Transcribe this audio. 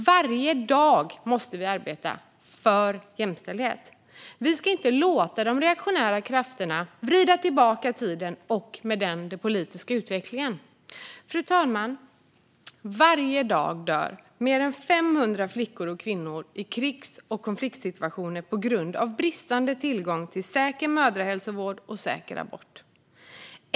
Varje dag måste vi arbeta för jämställdhet. Vi ska inte låta de reaktionära krafterna vrida tillbaka tiden och den politiska utvecklingen. Fru talman! Varje dag dör mer än 500 flickor och kvinnor i krigs och konfliktsituationer på grund av bristande tillgång till säker mödrahälsovård och säker abort.